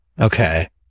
Okay